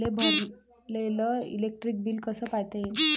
मले भरलेल electric bill कस पायता येईन?